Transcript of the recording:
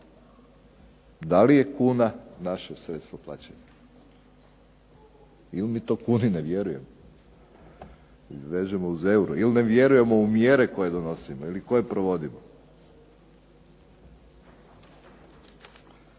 Da li je kuna naše sredstvo plaćanja ili mi to kuni ne vjerujemo, vežemo uz euro ili ne vjerujemo u mjere koje donosimo i koje provodimo.